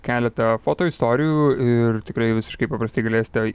keletą foto istorijų ir tikrai visiškai paprastai galėsite